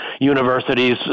universities